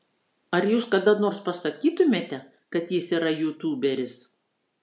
ar jūs kada nors pasakytumėte kad jis yra jūtūberis